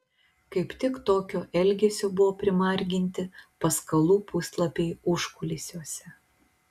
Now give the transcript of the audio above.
kaip tik tokio elgesio buvo primarginti paskalų puslapiai užkulisiuose